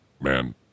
Man